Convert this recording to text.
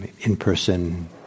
in-person